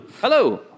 Hello